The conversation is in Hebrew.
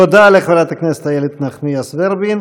תודה לחברת הכנסת איילת נחמיאס ורבין.